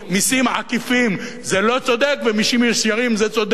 מסים עקיפים זה לא צודק ומסים ישירים זה צודק,